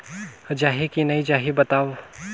जाही की नइ जाही बताव?